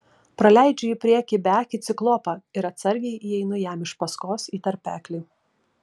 praleidžiu į priekį beakį ciklopą ir atsargiai įeinu jam iš paskos į tarpeklį